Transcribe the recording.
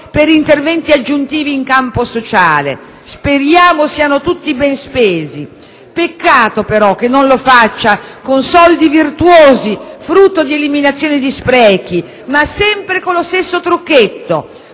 per interventi aggiuntivi in campo sociale. Peccato che non lo faccia con soldi virtuosi, frutto di eliminazione di sprechi, ma sempre con lo stesso trucchetto: